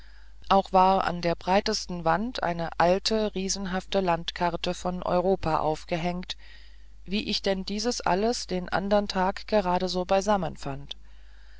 auch war an der breitesten wand eine alte riesenhafte landkarte von europa aufgehängt wie ich denn dieses alles den andern tag gerade so beisammen fand